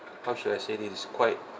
how should I say it is quite